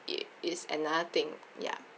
it is another thing ya